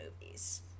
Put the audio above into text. movies